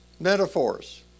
Metaphors